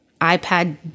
iPad